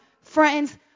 Friends